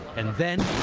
and then.